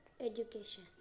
education